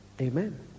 Amen